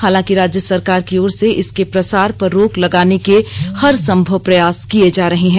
हालांकि राज्य सरकार की ओर से इसके प्रसार पर रोक लगाने के हरसंभव प्रयास किये जा रहे हैं